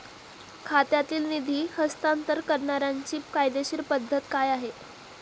खात्यातील निधी हस्तांतर करण्याची कायदेशीर पद्धत काय आहे?